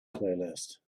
playlist